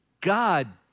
God